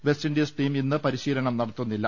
West Indies team ഇന്ന് പരിശീലനം നടത്തുന്നില്ല